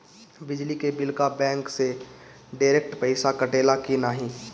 बिजली के बिल का बैंक से डिरेक्ट पइसा कटेला की नाहीं?